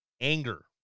anger